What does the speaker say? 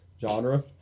Genre